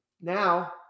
now